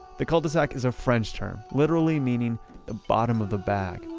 the cul-de-sac is a french term, literally meaning the bottom of the bag.